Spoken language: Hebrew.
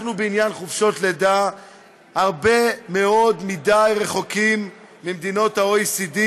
בעניין חופשות לידה אנחנו רחוקים הרבה מאוד ממדינות ה-OECD,